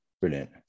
Brilliant